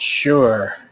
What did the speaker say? sure